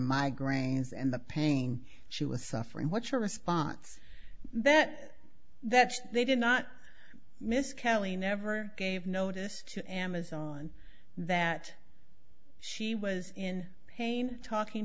migraines and the pain she was suffering what your response that that they did not miss kelly never gave notice to amazon that she was in pain talking